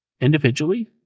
individually